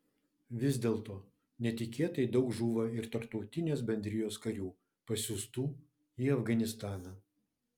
vis dėlto netikėtai daug žūva ir tarptautinės bendrijos karių pasiųstų į afganistaną